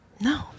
no